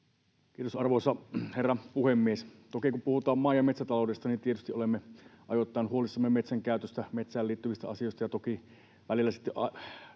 Kiitos, arvoisa herra puhemies! Toki kun puhutaan maa- ja metsätaloudesta, niin tietysti olemme ajoittain huolissamme metsänkäytöstä, metsään liittyvistä asioista ja toki välillä sitten